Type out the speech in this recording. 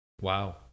Wow